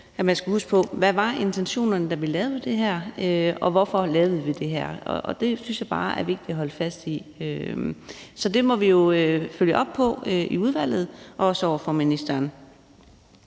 på, jo netop er, hvad intentionerne var, da vi lavede det her, og hvorfor vi lavede det. Det synes jeg bare er vigtigt at holde fast i. Så det må vi jo følge op på i udvalget og også over for ministeren.